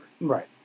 Right